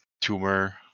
tumor